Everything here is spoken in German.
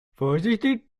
vorsichtig